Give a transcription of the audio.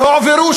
הועברו,